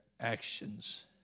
actions